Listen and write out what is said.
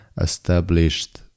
established